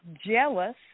jealous